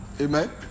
amen